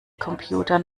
computer